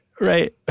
right